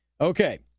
Okay